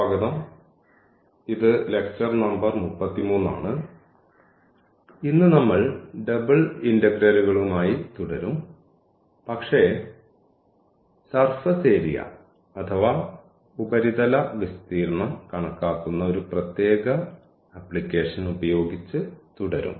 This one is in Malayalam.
സ്വാഗതം ഇത് ലെക്ചർ നമ്പർ 33 ആണ് ഇന്ന് നമ്മൾ ഡബിൾ ഇന്റഗ്രലുകളുമായി തുടരും പക്ഷേ സർഫസ് ഏരിയ അഥവാ ഉപരിതല വിസ്തീർണ്ണം കണക്കാക്കുന്ന ഒരു പ്രത്യേക ആപ്ലിക്കേഷൻ ഉപയോഗിച്ച് തുടരും